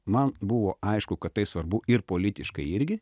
man buvo aišku kad tai svarbu ir politiškai irgi